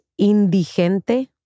indigente